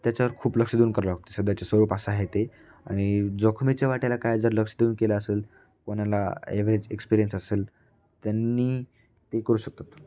त्याच्यावर खूप लक्ष देऊन करावी लागते सध्याच्या स्वरूपास आहे ते आणि जोखमीच्या वाट्याला काय जर लक्ष देऊन केलं असेल कोणाला ॲवरेज एक्सपीरियन्स असेल त्यांनी ते करू शकतात